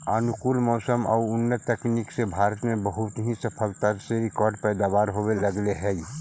अनुकूल मौसम आउ उन्नत तकनीक से भारत में बहुत ही सफलता से रिकार्ड पैदावार होवे लगले हइ